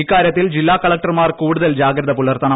ഇക്കാര്യത്തിൽ ജില്ലാകളക്ടർമാർ കൂടുതൽ ജാഗ്രത പുലർത്തണം